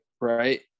Right